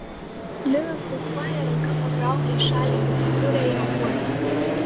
linas laisvąja ranka patraukia į šalį jo puriąją uodegą